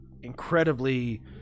incredibly